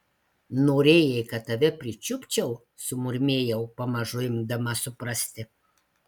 norėjai kad tave pričiupčiau sumurmėjau pamažu imdama suprasti